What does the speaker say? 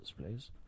please